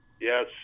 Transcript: Yes